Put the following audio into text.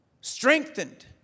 strengthened